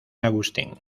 agustín